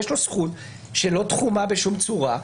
יש לו זכות שלא תחומה בשום צורה,